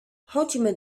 chodźmy